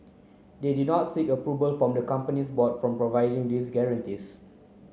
they did not seek approval from the company's board for providing these guarantees